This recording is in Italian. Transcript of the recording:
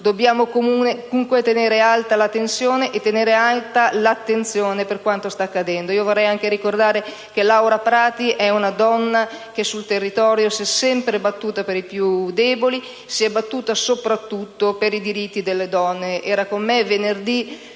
dobbiamo comunque tenere alta la tensione e l'attenzione per quanto sta accadendo. Vorrei anche ricordare che Laura Prati è una donna che sul territorio si è sempre battuta per i più deboli e soprattutto per i diritti delle donne;